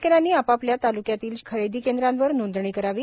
शेतकऱ्यांनी आपआपल्या तालुक्यातील खरेदी केंद्रावर नोंदणी करावी